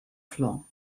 flaw